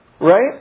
Right